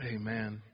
Amen